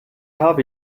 habe